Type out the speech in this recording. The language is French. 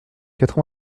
quatre